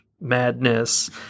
madness